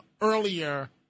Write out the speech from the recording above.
earlier